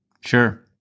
Sure